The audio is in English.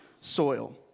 soil